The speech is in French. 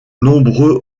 nombreux